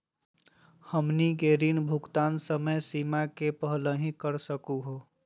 हमनी के ऋण भुगतान समय सीमा के पहलही कर सकू हो?